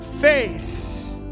face